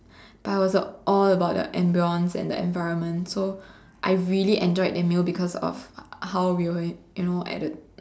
but it was all about the ambience and the environment so I really enjoyed that meal because of how we were you know at the